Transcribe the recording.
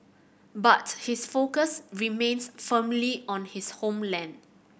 but his focus remains firmly on his homeland